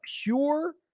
pure